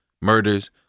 Murders